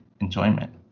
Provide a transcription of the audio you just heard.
enjoyment